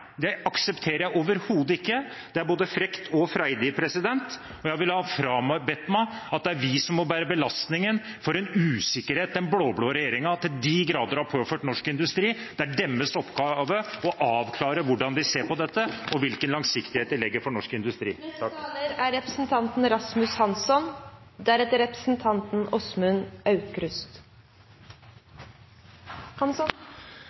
oss, aksepterer jeg overhodet ikke. Det er både frekt og freidig. Jeg vil ha meg frabedt at det er vi som må bære belastningen for en usikkerhet den blå-blå regjeringen til de grader har påført norsk industri. Det er deres oppgave å avklare hvordan de ser på dette, og hvilken langsiktighet de legger for norsk industri.